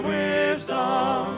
wisdom